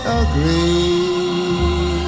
agree